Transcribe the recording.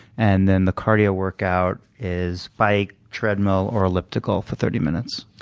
and then the cardio workout is bike, treadmill, or elliptical for thirty minutes.